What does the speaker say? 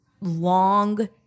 long